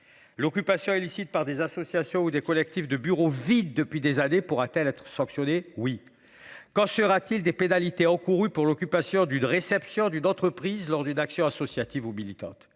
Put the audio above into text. L'occupation illicite par des associations ou des collectifs de bureaux vides depuis des années. Pourra-t-elle être sanctionnés. Oui. Qu'en sera-t-il des pénalités encourues pour l'occupation du de réception d'une entreprise lors d'une action associative ou militante.